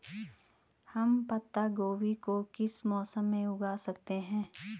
हम पत्ता गोभी को किस मौसम में उगा सकते हैं?